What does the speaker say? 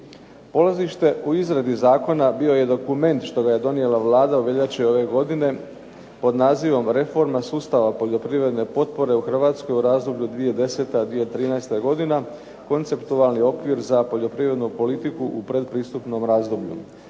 Polazište u izradi zakona bio je dokument što ga je donijela Vlada u veljači ove godine pod nazivom "Reforma sustava poljoprivredne potpore u Hrvatskoj u razdoblju 2010.-2013. godina, konceptualni okvir za poljoprivrednu politiku u predpristupnom razdoblju".